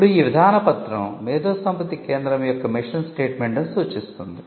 ఇప్పుడు ఈ విధాన పత్రం మేధోసంపత్తి కేంద్రం యొక్క మిషన్ స్టేట్మెంట్ ను చూపిస్తుంది